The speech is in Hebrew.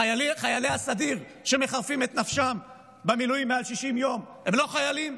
חיילי הסדיר שמחרפים את נפשם במילואים יותר מ-60 יום הם לא חיילים?